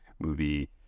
movie